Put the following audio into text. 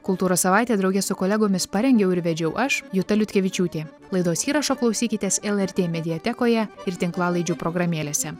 kultūros savaitę drauge su kolegomis parengiau ir vedžiau aš juta liutkevičiūtė laidos įrašo klausykitės lrt mediatekoje ir tinklalaidžių programėlėse